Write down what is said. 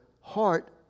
heart